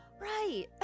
right